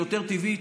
יותר טבעי,